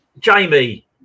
Jamie